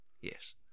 Yes